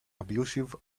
abusive